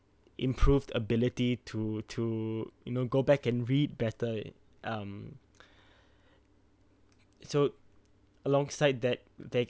improved ability to to you know go back and read better um so alongside that they